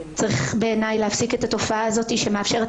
צריך להפסיק את התופעה הזאת שמאפשרת